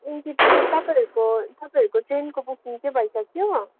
NJP तपाईँहरूको तपाईँहरूको ट्रेनको बुकिङ चाहिँ भइसक्यो